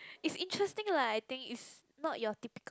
it's interesting lah I think it's not your typical